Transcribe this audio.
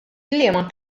liema